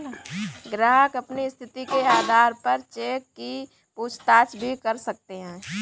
ग्राहक अपनी स्थिति के आधार पर चेक की पूछताछ भी कर सकते हैं